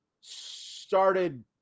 started